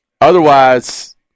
Otherwise